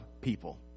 people